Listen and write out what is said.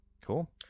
cool